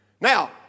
Now